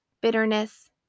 bitterness